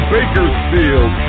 Bakersfield